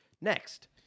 Next